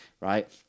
right